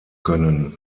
können